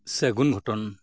ᱥᱟᱹᱜᱩᱱ ᱜᱷᱚᱴᱚᱱ